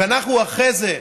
ואנחנו אחרי זה,